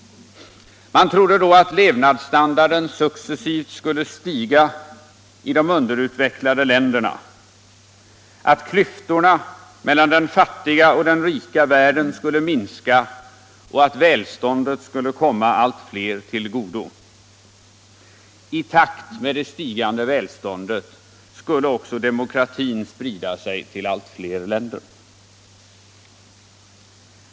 Man trodde då att levnadsstandarden successivt skulle stiga i de underutvecklade länderna, att klyftorna mellan den fattiga och den rika världen skulle minska och att välståndet skulle komma allt fler till godo. I takt med det stigande välståndet skulle också demokratin sprida sig till allt fler länder.